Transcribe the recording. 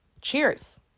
Cheers